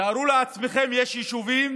תארו לעצמכם שיש יישובים